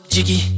Jiggy